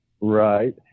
Right